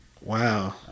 Wow